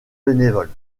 bénévoles